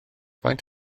faint